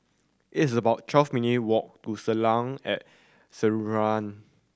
it's about twelve minute' walk to Soleil at Sinaran